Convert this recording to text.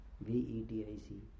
V-E-T-I-C